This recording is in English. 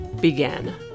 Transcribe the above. began